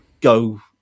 go